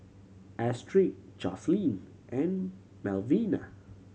Astrid Jocelyne and Melvina